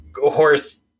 horse